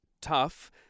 tough